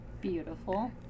Beautiful